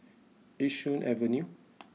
Yishun Avenue